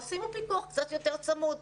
שימו פיקוח קצת יותר צמוד,